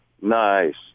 Nice